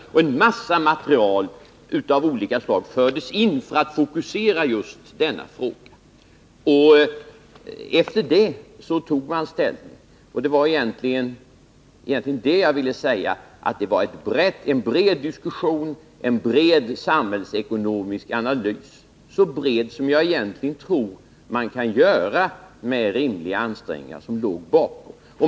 En mängd material av olika slag fördes också in i debatten för att just denna fråga skulle kunna fokuseras. Därefter tog man ställning. Och det var egentligen det jag ville säga. Det förekom en omfattande diskussion, och en bred samhällsekonomisk analys gjordes — så bred som det rimligtvis kan göras med tanke på de ansträngningar som låg bakom.